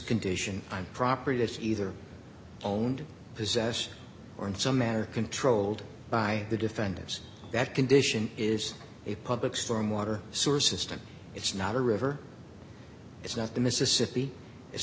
condition i'm property that's either owned possess or in some manner controlled by the defendants that condition is a public storm water sources to it's not a river it's not the mississippi it's